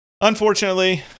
Unfortunately